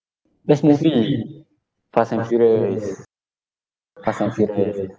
best movie fast and furious fast and furious